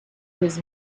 his